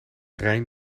rijn